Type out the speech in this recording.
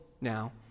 now